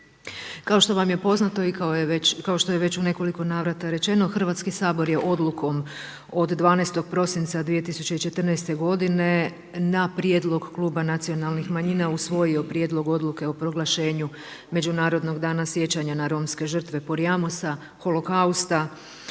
Kao što vam je poznato i kao što je već u nekoliko navrata rečeno Hrvatski sabor je odlukom od 12. prosinca 2014. godine na prijedlog kluba nacionalnih manjina usvojio Prijedlog odluke o proglašenju Međunarodnog dana sjećanja na romske žrtve Porajmosa, Holokausta